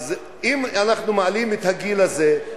ואם אנחנו מעלים את הגיל הזה,